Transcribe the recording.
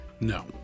No